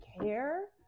care